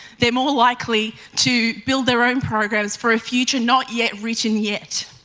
they're more likely to build their own programs for a future not yet written yet.